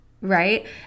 right